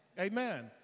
Amen